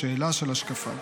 "שאלה של השקפה".